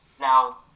Now